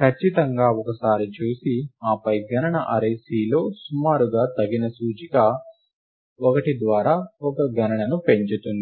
ఖచ్చితంగా ఒకసారి చూసి ఆపై గణన అర్రే Cలో సుమారుగా తగిన సూచికని 1 ద్వారా ఒక గణనను పెంచుతుంది